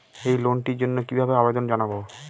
এই লোনটির জন্য কিভাবে আবেদন জানাবো?